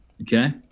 Okay